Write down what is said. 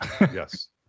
Yes